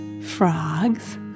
frogs